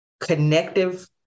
connective